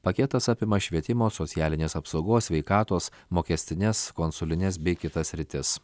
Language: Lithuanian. paketas apima švietimo socialinės apsaugos sveikatos mokestines konsulines bei kitas sritis